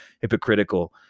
hypocritical